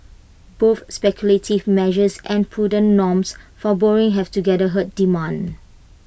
both speculative measures and prudent norms for borrowing have together hurt demand